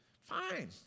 Fine